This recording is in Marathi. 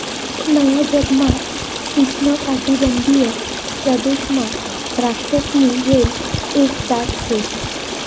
नया जगमा उष्णकाटिबंधीय प्रदेशमा द्राक्षसनी वेल एक जात शे